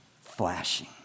flashing